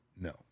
No